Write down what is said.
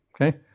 okay